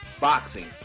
boxing